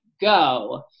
go